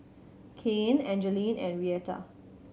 Cain Angeline and Reatha